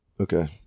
Okay